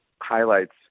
highlights